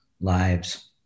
lives